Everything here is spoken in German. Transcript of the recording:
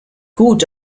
gut